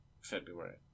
February